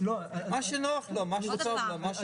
מה שנוח לו, מה שטוב לו.